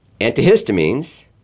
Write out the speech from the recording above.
antihistamines